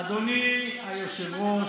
אדוני היושב-ראש,